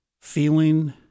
feeling